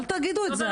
אל תגידו את זה.